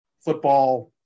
football